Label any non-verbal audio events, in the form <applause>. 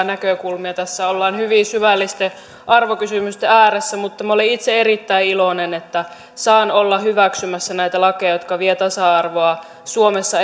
<unintelligible> näkökulmia tässä ollaan hyvin syvällisten arvokysymysten ääressä mutta minä olen itse erittäin iloinen että saan olla hyväksymässä näitä lakeja jotka vievät tasa arvoa suomessa <unintelligible>